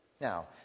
Now